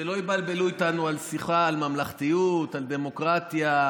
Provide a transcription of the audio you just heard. שלא יבלבלו אותנו, שיחה על ממלכתיות, על דמוקרטיה.